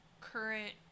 current